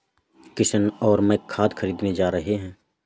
किशन और मैं खाद खरीदने जा रहे हैं